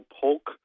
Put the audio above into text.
Polk